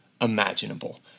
imaginable